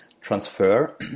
transfer